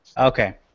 Okay